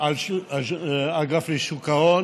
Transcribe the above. על האגף לשוק ההון,